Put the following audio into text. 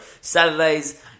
Saturdays